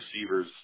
receivers